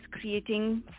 creating